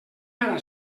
ara